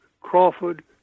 Crawford